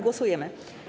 Głosujemy.